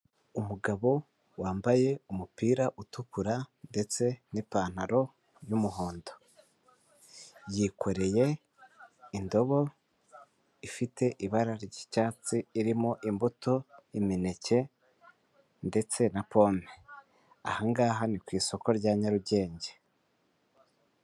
Umugabo wambaye umupira utukura ndetse n'ipantaro y'umuhondo, yikoreye indobo ifite ibara ry'icyatsi irimo imbuto imineke ndetse na pome aha ngaha ni ku isoko rya Nyarugenge.